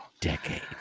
decade